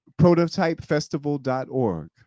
Prototypefestival.org